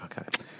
Okay